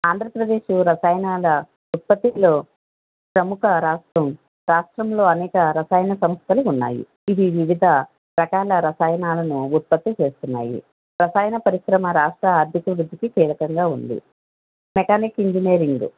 ఆంధ్రప్రదేశ్ రసాయనాల ఉత్పత్తిలో ప్రముఖ రాష్ట్రం రాష్ట్రంలో అనేక రసాయన సంస్థలు ఉన్నాయి ఇవి వివిధ రకాల రసాయనాలను ఉత్పత్తి చేస్తున్నాయి రసాయన పరిశ్రమ రాష్ట్ర ఆర్ధిక వృద్ధికి కీలకంగా ఉంది మెకానికల్ ఇంజనీరింగ్